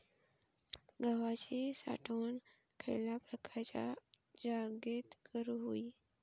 गव्हाची साठवण खयल्या प्रकारच्या जागेत करू होई?